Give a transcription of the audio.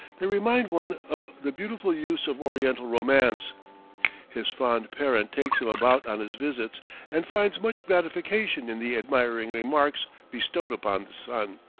they remind one of the beautiful youths of oriental romance his fond parent takes him about on his visits and finds much gratification in the admiring remarks bestowed upon the son.